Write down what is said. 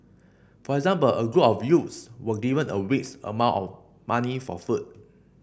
for example a group of youths were given a week's amount of money for food